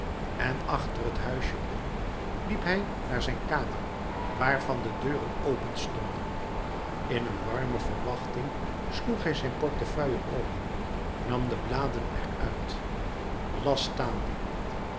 en achter het huisje om liep hij naar zijn kamer waarvan de deuren openstonden in een warme verwachting sloeg hij zijn portefeuille open nam de bladen er uit